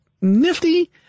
nifty